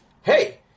hey